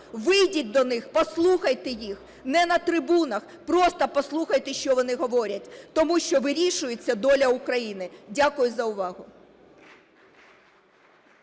Вийдіть до них, послухайте їх. Не на трибунах, просто послухайте, що вони говорять, тому що вирішується доля України. Дякую за увагу.